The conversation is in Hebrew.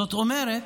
זאת אומרת